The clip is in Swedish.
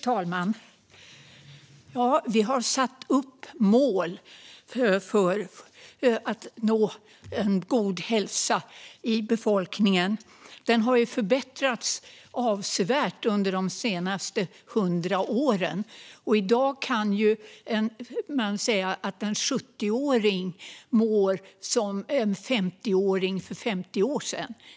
Fru talman! Vi har satt upp mål för att nå en god hälsa i befolkningen. Den har ju förbättrats avsevärt under de senaste 100 åren - man kan säga att en 70-åring i dag mår som en 50-åring för 50 år sedan.